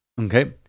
okay